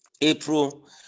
April